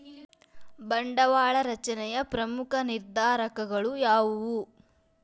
ಬಂಡವಾಳ ರಚನೆಯ ಪ್ರಮುಖ ನಿರ್ಧಾರಕಗಳು ಯಾವುವು